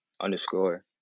underscore